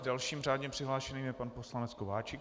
Dalším řádně přihlášeným je pan poslanec Kováčik.